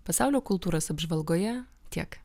pasaulio kultūros apžvalgoje tiek